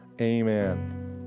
amen